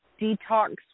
detox